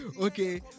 Okay